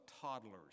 toddlers